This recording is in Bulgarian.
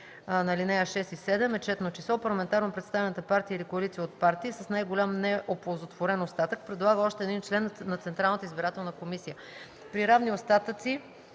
на ал. 6 и 7, е четно число, парламентарно представената партия или коалиция от партии с най-голям неоползотворен остатък предлага още един член на Централната избирателна комисия.